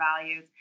values